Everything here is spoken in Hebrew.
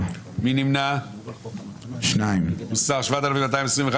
לא אושרה ההסתייגות הוסרה.